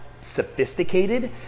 sophisticated